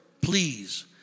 please